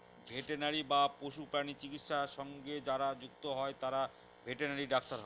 veterinary বা পশুপ্রাণী চিকিৎসা সঙ্গে যারা যুক্ত হয় তারা ভেটেনারি ডাক্তার হয়